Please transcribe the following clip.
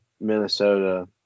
Minnesota